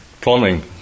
plumbing